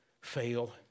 fail